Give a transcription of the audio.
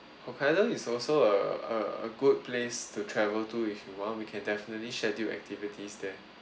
hokkaido is also a a a good place to travel to if you want we can definitely schedule activities there